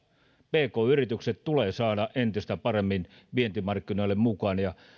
pk yritykset tulee saada entistä paremmin vientimarkkinoille mukaan